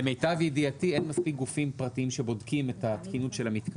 למיטב ידיעתי אין מספיק גופים שבודקים את המתקנים,